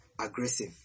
aggressive